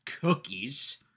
cookies